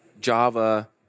Java